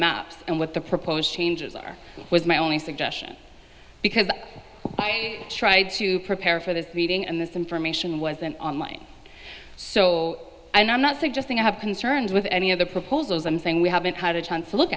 maps and what the proposed changes are was my only suggestion because i tried to prepare for this meeting and this information wasn't online so i'm not suggesting i have concerns with any other proposals i'm saying we haven't had a chance to look